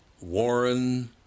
Warren